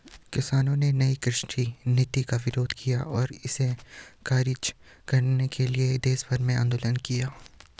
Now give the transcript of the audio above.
किसानों ने नयी कृषि नीति का विरोध किया और इसे ख़ारिज करवाने के लिए देशभर में आन्दोलन किया